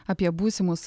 apie būsimus